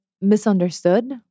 misunderstood